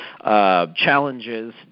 Challenges